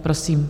Prosím.